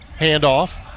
Handoff